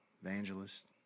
Evangelist